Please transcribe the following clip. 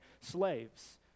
slaves